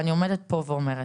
ואני עומדת פה ואומרת,